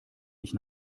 ich